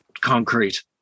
concrete